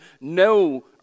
no